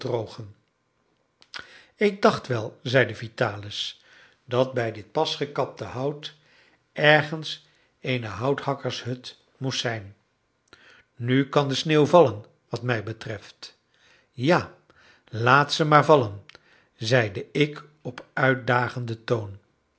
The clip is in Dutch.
ik dacht wel zeide vitalis dat bij dit pas gekapte hout ergens eene houthakkershut moest zijn nu kan de sneeuw vallen wat mij betreft ja laat ze maar vallen zeide ik op uitdagenden toon